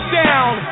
down